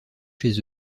chez